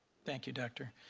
thank you, doctor.